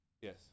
Yes